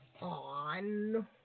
on